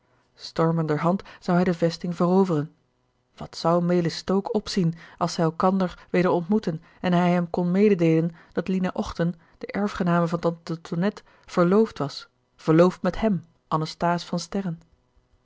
stormenderhand zou hij de vesting veroveren wat zou melis stoke opzien als zij elkander weder ontmoetten en hij hem kon mededeelen dat lina ochten de erfgename van tante tonnette verloofd was verloofd met hem anasthase van sterren